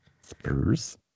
Spurs